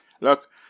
Look